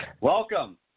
Welcome